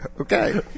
Okay